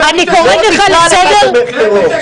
לא נקרא לך תומך טרור.